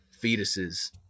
fetuses